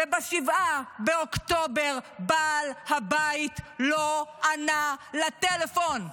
וב-7 באוקטובר בעל הבית לא ענה לטלפון,